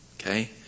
Okay